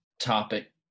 topic